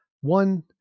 One